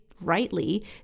rightly